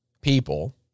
people